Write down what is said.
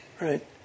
right